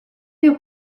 des